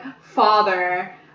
father